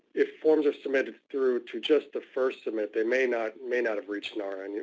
if forms are submitted through to just the first submit, they may not may not have reached nara. and yeah